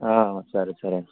ఆ సరే సరే అండీ